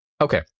Okay